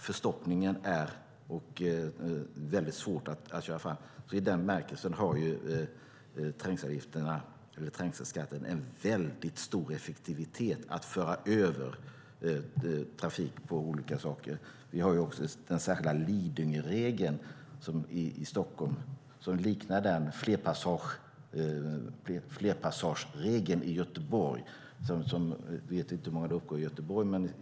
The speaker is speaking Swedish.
Det är väldigt svårt att köra fram med förstoppningen. I den bemärkelsen har trängselskatten en väldigt stor effektivitet att föra över trafik på olika saker. Vi har också den särskilda Lidingöregeln i Stockholm som liknar flerpassageregeln i Göteborg. Jag vet inte hur många det uppgår till i Göteborg.